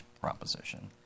proposition